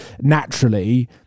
naturally